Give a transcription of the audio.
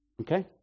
Okay